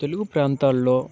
తెలుగు ప్రాంతాల్లో